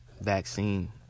vaccine